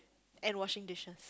and washing dishes